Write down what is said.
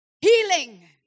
healing